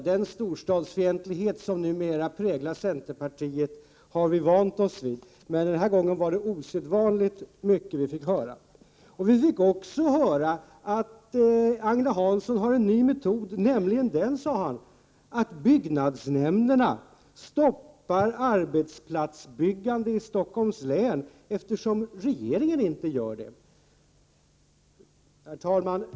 Den storstadsfientlighet som numera präglar centerpartiet har vi vant oss vid, men denna gång fick vi höra osedvanligt mycket. Vi fick också höra Agne Hansson redovisa en ny metod. Han sade nämligen att byggnadsnämnderna stoppar arbetsplatsbyggande i Stockholms län, eftersom regeringen inte gör det. Herr talman!